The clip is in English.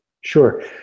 Sure